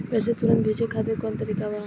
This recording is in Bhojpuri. पैसे तुरंत भेजे खातिर कौन तरीका बा?